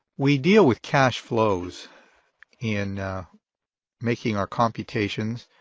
we deal with cash flows in making our computations.